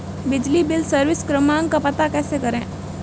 बिजली bill service क्रमांक का पता कैसे करें?